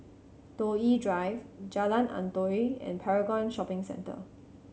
Toh Yi Drive Jalan Antoi and Paragon Shopping Centre